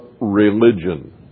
religion